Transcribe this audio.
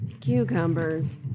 cucumbers